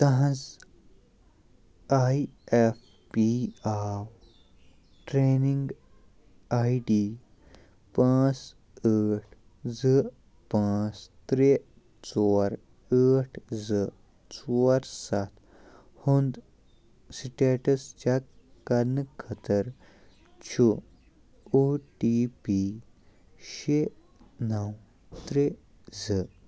تٕہٕنٛز I F P O training I D پانٛژھ ٲٹھ زٕ پانٛژھ ترٛےٚ ژور ٲٹھ زٕ ژور سَتھ ہُنٛد سِٹیٹس چَک کرنہٕ خٲطرٕ چھُ او ٹی پی شےٚ نَو ترٛےٚ زٕ